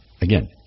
again